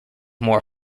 more